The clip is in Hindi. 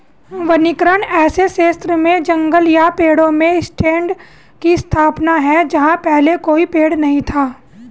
वनीकरण ऐसे क्षेत्र में जंगल या पेड़ों के स्टैंड की स्थापना है जहां पहले कोई पेड़ नहीं था